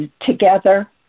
together